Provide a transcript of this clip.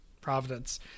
Providence